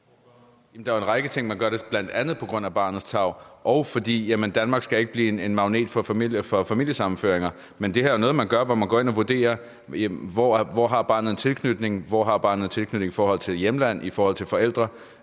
Der er jo en række ting. Man gør det bl.a. på grund af barnets tarv, og fordi Danmark ikke skal blive en magnet for familiesammenføringer. Men det her er jo noget, man gør for at gå ind og vurdere, hvor barnet har en tilknytning, om det er til hjemlandet eller til forældre.